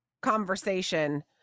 conversation